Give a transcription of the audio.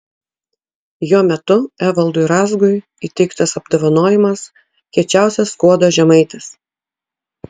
jo metu evaldui razgui įteiktas apdovanojimas kiečiausias skuodo žemaitis